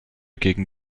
gegen